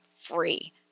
free